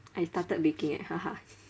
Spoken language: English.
I started baking eh